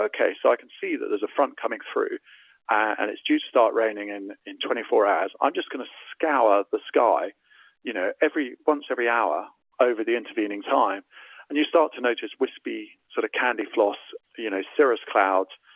okay, so i can see that there's a front coming through and it's due to start raining and in twenty four hours. i'm just going to scour the sky you know once every hour over the intervening time and you start to notice wispy, sort of candy floss you know cirrus clouds,